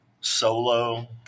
Solo